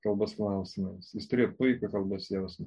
kalbos klausimams jis turėjo puikų kalbos jausmą